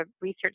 research